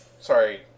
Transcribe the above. Sorry